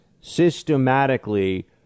systematically